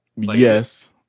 Yes